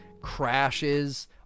crashes